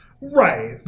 Right